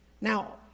Now